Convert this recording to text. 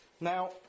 Now